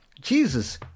Jesus